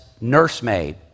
nursemaid